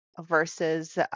versus